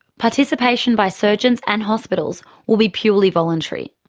participation by surgeons and hospitals will be purely voluntary.